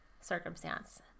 circumstance